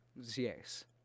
Yes